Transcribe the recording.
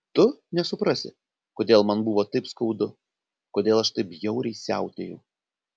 tu nesuprasi kodėl man buvo taip skaudu kodėl aš taip bjauriai siautėjau